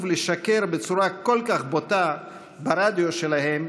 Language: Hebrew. לשקר בצורה כל כך בוטה ברדיו שלהם,